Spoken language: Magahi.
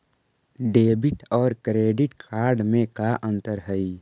डेबिट और क्रेडिट कार्ड में का अंतर हइ?